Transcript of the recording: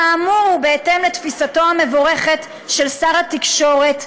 כאמור, ובהתאם לתפיסתו המבורכת של שר התקשורת,